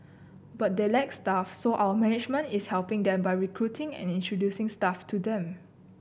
but they lack staff so our management is helping them by recruiting and introducing staff to them